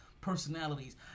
personalities